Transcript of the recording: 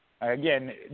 Again